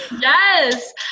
yes